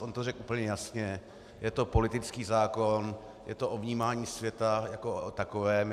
On to řekl to jasně: je to politický zákon, je to o vnímání světa jako o takovém.